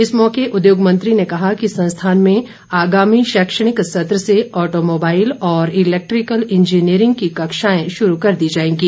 इस मौके उद्योग मंत्री ने कहा कि संस्थान में आगामी शैक्षणिक सत्र से ऑटोमोबाईल और इलैक्ट्रीकल इंजीनियर की कक्षाएं शुरू कर दी जाएंगी